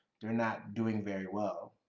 they're not doing very well.